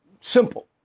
Simple